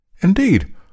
Indeed